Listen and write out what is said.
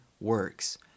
works